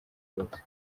rwose